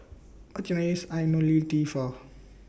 What Can I use Ionil T For